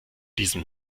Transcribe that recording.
diesem